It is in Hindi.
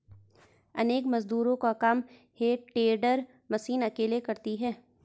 अनेक मजदूरों का काम हे टेडर मशीन अकेले करती है